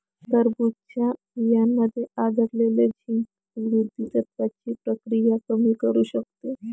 टरबूजच्या बियांमध्ये आढळणारे झिंक वृद्धत्वाची प्रक्रिया कमी करू शकते